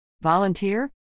Volunteer